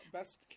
Best